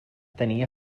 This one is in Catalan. tenia